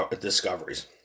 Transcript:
discoveries